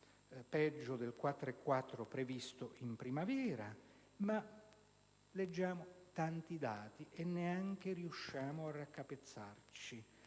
per cento previsto in primavera. Leggiamo tanti dati e neanche riusciamo a raccapezzarci.